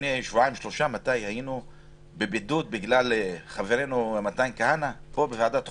לפני שבועיים-שלושה נכנסתי לבידוד בגלל חברנו מתן כהנא פה בוועדת החוקה,